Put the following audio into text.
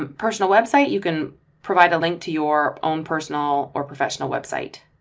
ah personal website, you can provide a link to your own personal or professional website.